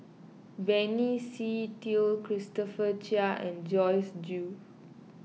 Benny Se Teo Christopher Chia and Joyce Jue